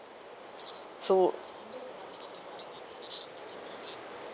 so